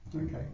Okay